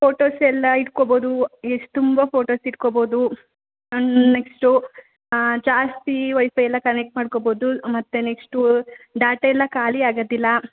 photos ಎಲ್ಲ ಇಟ್ಕೊಬೋದು ಎಷ್ಟು ತುಂಬ ಫೋಟೋಸ್ ಇಟ್ಕೊಬೋದು ನೆಕ್ಸ್ಟು ಜಾಸ್ತಿ ವೈಫೈ ಎಲ್ಲ ಕನೆಕ್ಟ್ ಮಾಡ್ಕೊಬೋದು ಮತ್ತೆ ನೆಕ್ಸ್ಟು ಡಾಟಾ ಎಲ್ಲ ಖಾಲಿ ಆಗೋದಿಲ್ಲ